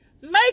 make